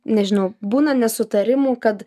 nežinau būna nesutarimų kad